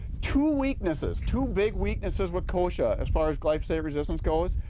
two weaknesses, two big weaknesses with kochia. as far as glyphosate resistance goes,